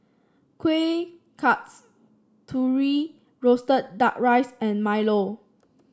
Kueh Kasturi roasted duck rice and milo